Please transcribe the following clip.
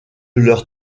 leur